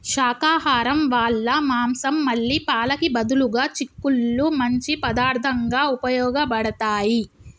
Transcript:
శాకాహరం వాళ్ళ మాంసం మళ్ళీ పాలకి బదులుగా చిక్కుళ్ళు మంచి పదార్థంగా ఉపయోగబడతాయి